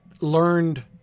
learned